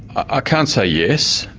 ah can't say yes.